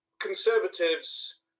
conservatives